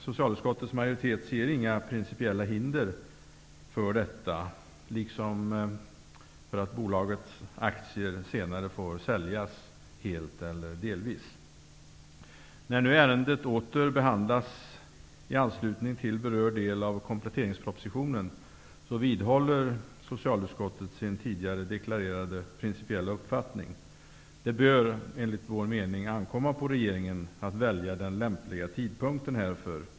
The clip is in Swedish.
Socialutskottets majoritet ser inga principiella hinder för detta eller för att bolagets aktier senare får säljas helt eller delvis. När ärendet nu åter behandlas i anslutning till berörd del av kompletteringspropositionen, vidhåller socialutskottet sin tidigare deklarerade principiella uppfattning. Det bör, enligt vår mening, ankomma på regeringen att välja den lämpliga tidpunkten härför.